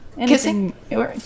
Kissing